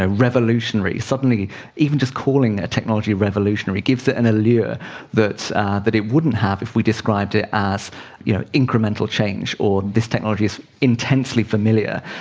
ah revolutionary. suddenly even just calling a technology revolutionary gives it an allure that that it wouldn't have if we described it as yeah incremental change or this technology is intensely familiar.